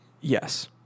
Yes